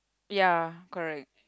ya correct